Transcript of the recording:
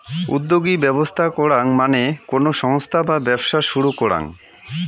উদ্যোগী ব্যবস্থা করাঙ মানে কোনো সংস্থা বা ব্যবসা শুরু করাঙ